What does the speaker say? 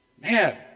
man